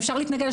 שאפשר להתנגד לה,